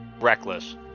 Reckless